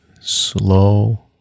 slow